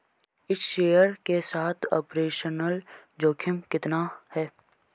इस शेयर के साथ ऑपरेशनल जोखिम कितना है?